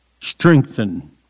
strengthen